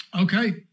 Okay